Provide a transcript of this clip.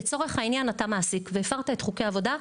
לצורך העניין אתה מעסיק והפרת את חוקי העבודה,